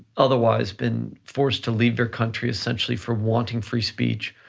otherwise been forced to leave their country essentially for wanting free speech,